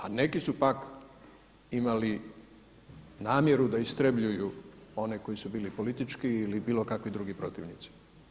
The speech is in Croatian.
A neki su pak imali namjeru da istrebljuju one koji su bili politički ili bilo kakvi drugi protivnici.